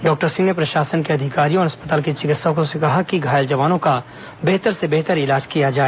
doctor Singh ने प्रशासन के अधिकारियों और अस्पताल के चिकित्सकों से कहा कि घायल जवानों का बेहतर से बेहतर इलाज किया जाए